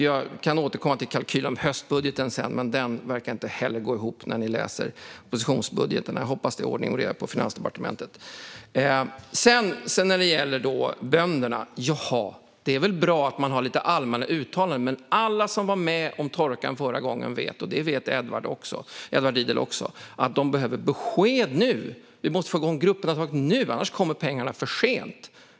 Jag kan återkomma till kalkylen för höstbudgeten, men den verkar inte heller gå ihop när ni läser oppositionsbudgeten. Jag hoppas att det är ordning och reda på Finansdepartementet. Sedan är det bönderna. Jaha! Det är väl bra att det görs allmänna uttalanden, men alla som var med om torkan förra gången vet - och det vet Edward Riedl också - att de behöver besked nu. Vi måste få igång grupperna nu, annars kommer pengarna för sent.